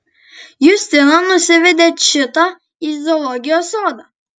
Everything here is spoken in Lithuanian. justina nusivedė čitą į zoologijos sodą